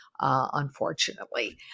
Unfortunately